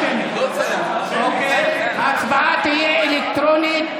ההצבעה תהיה אלקטרונית.